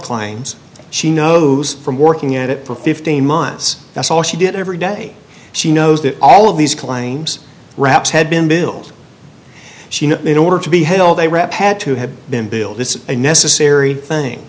claims she knows from working at it for fifteen months that's all she did every day she knows that all of these claims wraps had been billed she know in order to be hill they rap had to have been built this is a necessary thing